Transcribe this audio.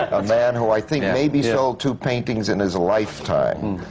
a man who i think maybe sold two paintings in his lifetime,